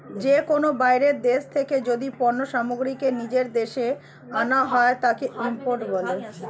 যে কোনো বাইরের দেশ থেকে যদি পণ্য সামগ্রীকে নিজের দেশে আনা হয়, তাকে ইম্পোর্ট বলে